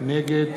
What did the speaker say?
נגד